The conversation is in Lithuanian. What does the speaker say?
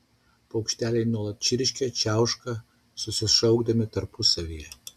paukšteliai nuolat čirškia čiauška susišaukdami tarpusavyje